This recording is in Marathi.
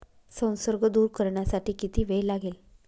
संसर्ग दूर करण्यासाठी किती वेळ लागेल?